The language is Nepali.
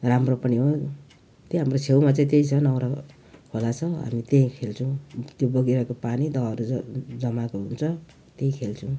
राम्रो पनि हो त्यही हाम्रो छेउमा चाहिँ त्यही छ नेवरा खोला छ हामी त्यहीँ खेल्छौँ त्यो बगिरहेको पानी दहहरू ज जमाएको हुन्छ त्यहीँ खेल्छौँ